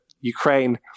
ukraine